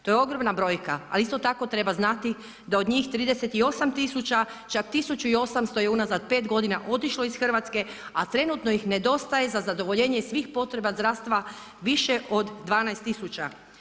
To je ogromna brojka ali isto tako treba znati da od njih 38 tisuća čak 1800 je unazad 5 godina otišlo od Hrvatske a trenutno ih nedostaje za zadovoljenje svih potreba zdravstva više od 12 tisuća.